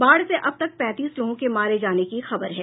बाढ़ से अब तक पैंतीस लोगों के मारे जाने की खबर है